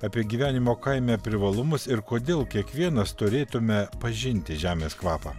apie gyvenimo kaime privalumus ir kodėl kiekvienas turėtume pažinti žemės kvapą